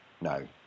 No